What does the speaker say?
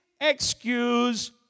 excuse